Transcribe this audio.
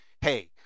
hey